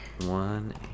one